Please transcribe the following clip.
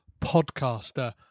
podcaster